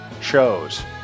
shows